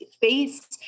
face